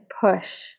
push